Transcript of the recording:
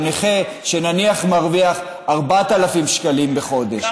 נכה שנניח מרוויח 4,000 שקלים בחודש.